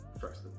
first